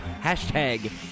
hashtag